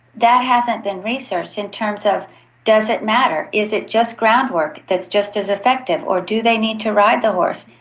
that hasn't been researched in terms of does it matter, is it just ground work that is just as effective, or do they need to ride the horse?